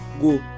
go